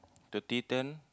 thirty turn